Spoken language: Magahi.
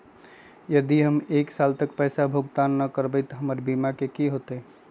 यदि हम एक साल तक पैसा भुगतान न कवै त हमर बीमा के की होतै?